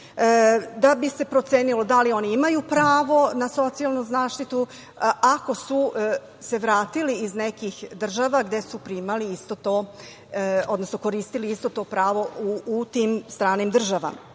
da bi se procenilo da li oni imaju pravo na socijalnu zaštitu ako su se vratili iz nekih država gde su koristili isto to pravo u tim stranim državama. Nikada